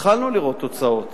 התחלנו לראות תוצאות